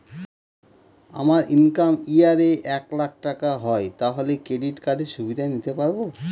আমার income year এ এক লাক টাকা হয় তাহলে ক্রেডিট কার্ড এর সুবিধা নিতে পারবো?